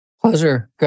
Pleasure